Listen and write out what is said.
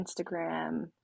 Instagram